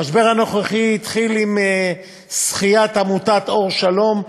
המשבר התחיל עם זכיית עמותת "אור שלום"